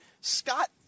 Scott